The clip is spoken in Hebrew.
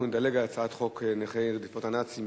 אנחנו נדלג על הצעת חוק נכי רדיפות הנאצים,